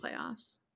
playoffs